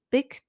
Big